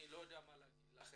אני לא יודע מה לומר לכם.